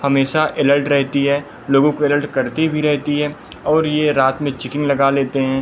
हमेशा एलर्ट रहती है लोगों को एलर्ट करती भी रहती है और यह रात में चिकिंग लगा लेते हैं